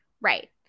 right